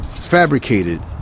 fabricated